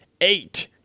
eight